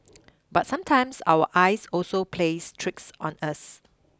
but sometimes our eyes also plays tricks on us